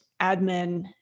admin